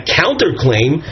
counterclaim